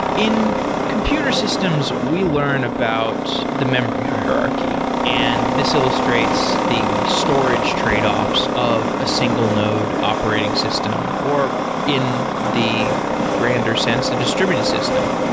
in computer systems, we learn about the memory hierarchy, and this illustrates the storage tradeoffs of a single node operating system, or in the grander sense, the distributed system.